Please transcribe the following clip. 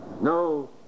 No